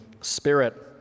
spirit